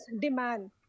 demand